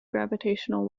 gravitational